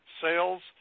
sales